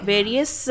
Various